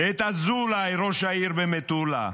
את אזולאי ראש העיר במטולה,